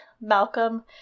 Malcolm